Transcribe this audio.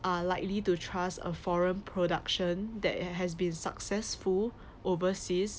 are likely to trust a foreign production that has been successful overseas